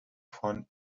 von